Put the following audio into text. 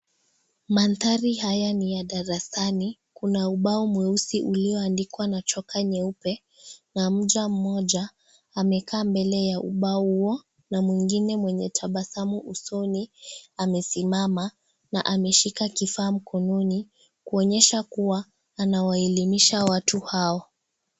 Mandhari haya ni ya darasani, kuna ubao mweusi ulioandikwa na chokaa nyeupe na mja mmoja amekaa mbele wa ubao huo na mwingine mwenye tabasamu usoni amesimama na ameshika kifaa mkononi kuonyesha kuwa anawaelimisha watu hao.